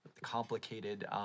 complicated